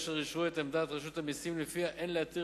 אשר אישרו את עמדת רשות המסים שלפיה אין להתיר